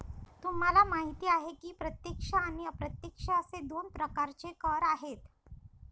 तुम्हाला माहिती आहे की प्रत्यक्ष आणि अप्रत्यक्ष असे दोन प्रकारचे कर आहेत